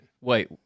Wait